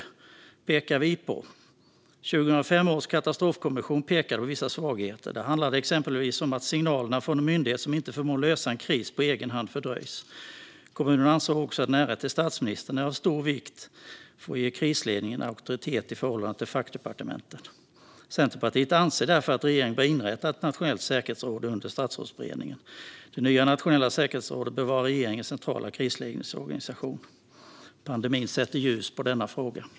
Katastrofkommissionen 2005 pekade på vissa svagheter. Det handlade exempelvis om att signalerna från en myndighet som inte förmår lösa en kris på egen hand fördröjs. Kommissionen ansåg också att närhet till statsministern är av stor vikt för att ge krisledningen auktoritet i förhållande till fackdepartementen. Centerpartiet anser därför att regeringen bör inrätta ett nationellt säkerhetsråd under Statsrådsberedningen. Det nya nationella säkerhetsrådet bör vara regeringens centrala krisledningsorganisation. Pandemin sätter ljus på denna fråga.